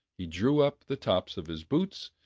he drew up the tops of his boots,